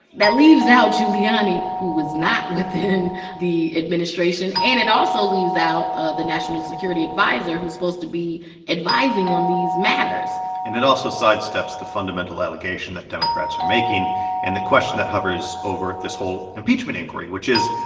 that leaves out giuliani, who was not within the administration. and it also leaves out ah the national security adviser who's supposed to be advising on these matters and it also sidesteps the fundamental allegation that democrats are making and the question that hovers over this whole impeachment inquiry, which is,